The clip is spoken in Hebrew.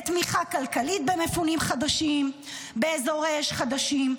בתמיכה כלכלית במפונים חדשים באזורי חדשים,